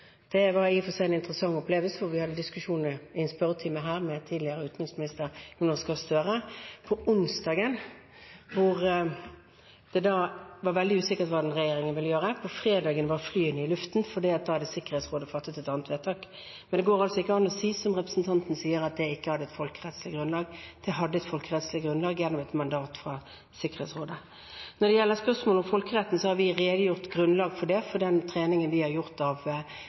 Det var i og for seg en interessant opplevelse, for vi hadde diskusjoner i en spørretime her med tidligere utenriksminister Jonas Gahr Støre på onsdagen, hvor det da var veldig usikkert hva regjeringen ville gjøre. På fredagen var flyene i luften, for da hadde Sikkerhetsrådet fattet et annet vedtak. Det går altså ikke an å si – som representanten sier – at det ikke hadde et folkerettslig grunnlag. Det hadde et folkerettslig grunnlag gjennom et mandat fra Sikkerhetsrådet. Når det gjelder spørsmålet om folkeretten, har vi redegjort om grunnlaget for det, for den treningen vi har gjort av